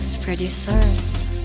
Producers